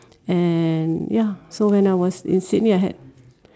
and ya so when I was in Sydney I had